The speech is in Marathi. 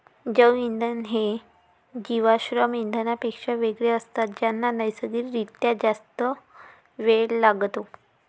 जैवइंधन हे जीवाश्म इंधनांपेक्षा वेगळे असतात ज्यांना नैसर्गिक रित्या जास्त वेळ लागतो